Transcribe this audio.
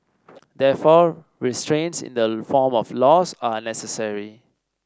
therefore restraints in the form of laws are necessary